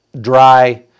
dry